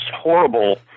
horrible